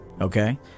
okay